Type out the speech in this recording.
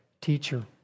teacher